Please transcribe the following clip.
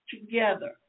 together